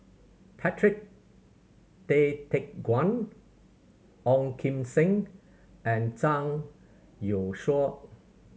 Patrick Tay Teck Guan Ong Kim Seng and Zhang Youshuo